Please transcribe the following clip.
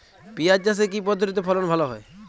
পিঁয়াজ চাষে কি পদ্ধতিতে ফলন ভালো হয়?